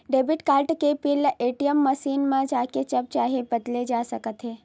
debit card के PIN ल ATM machine म जाके जब चाहे बदले जा सकत हे